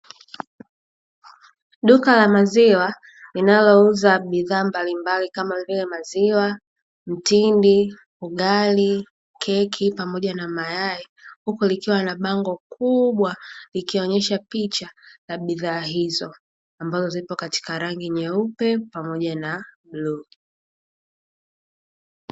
Duka la maziwa linalouza bidha mbalimbali kama vile maziwa, mtindi, ugali, keki pamoja na mayai, huku likiwa na bango kuubwa likionyeaha picha ya bidhaa hizo, ambazo zipo katika rangi nyeupe pamoja na bluu.